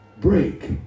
break